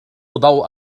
ضوء